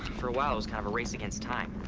for a while it was kind of a race against time.